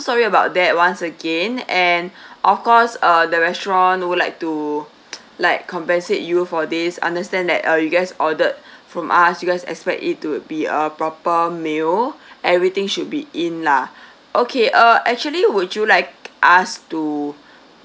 sorry about that once again and of course uh the restaurant would like to like compensate you for this understand that uh you guys ordered from us you guys expect it to be a proper meal everything should be in lah okay uh actually would you like us to